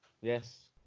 Yes